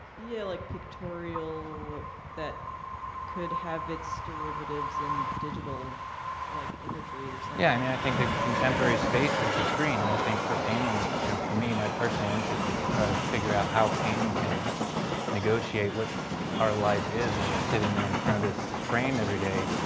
yeah, like pictorial that could have its derivatives and digital like imagery or something. so yeah, i mean i think the contemporary space is the screen and i think for painting, and for me, my personal interest is to try to figure out how painting can negotiate what our life is when we're sitting there in front of this frame every day,